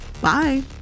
Bye